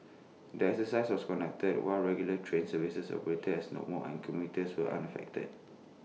the exercise was conducted while regular train services operated as normal and commuters were unaffected